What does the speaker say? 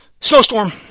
Snowstorm